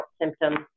symptoms